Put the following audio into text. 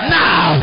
now